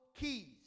keys